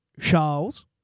Charles